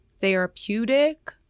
therapeutic